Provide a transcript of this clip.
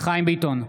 חיים ביטון,